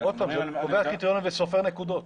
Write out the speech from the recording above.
עוד פעם, הוא קובע קריטריונים וסופר נקודות.